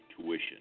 tuition